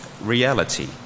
reality